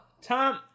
Tom